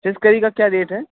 फिस curry का क्या rate है